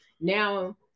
now